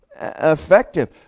effective